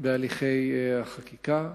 בהליכי החקיקה שתכליתם,